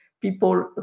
people